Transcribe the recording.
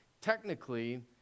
technically